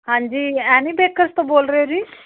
ਹਾਂਜੀ Annie Bakers ਤੋਂ ਬੋਲ ਰਹੇ ਜੀ